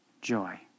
joy